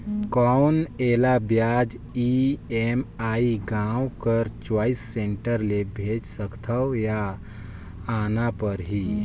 कौन एला ब्याज ई.एम.आई गांव कर चॉइस सेंटर ले भेज सकथव या आना परही?